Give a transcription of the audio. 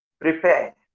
prepare